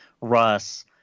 Russ